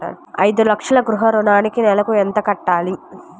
ఐదు లక్షల గృహ ఋణానికి నెలకి ఎంత కట్టాలి?